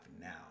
now